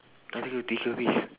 kata kul tiga habis